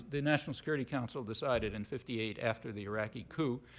the national security council decided in fifty eight, after the iraqi coup,